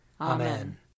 Amen